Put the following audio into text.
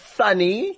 funny